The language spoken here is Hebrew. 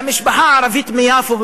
של משפחה ערבית מיפו,